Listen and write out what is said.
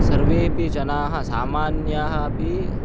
सर्वेऽपि जनाः सामान्याः अपि